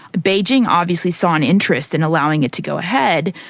beijing obviously saw an interest in allowing it to go ahead,